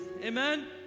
amen